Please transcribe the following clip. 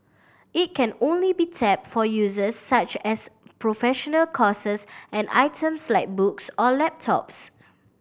it can only be tapped for uses such as professional courses and items like books or laptops